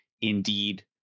indeed